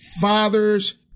Father's